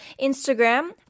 instagram